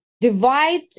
divide